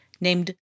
named